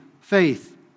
faith